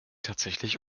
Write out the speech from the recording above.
tatsächlich